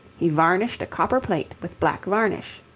he varnished a copper plate with black varnish.